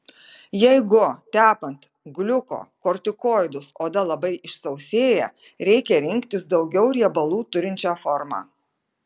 jeigu tepant gliukokortikoidus oda labai išsausėja reikia rinktis daugiau riebalų turinčią formą